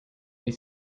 they